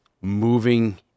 moving